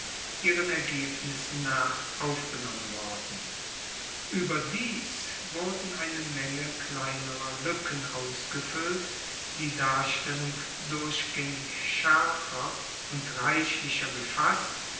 ihren ergebnissen nach aufgenommen worden ueberdies wurden eine menge kleinerer luecken ausgefuellt die darstellung durchgaengig schaerfer und reichlicher gefasst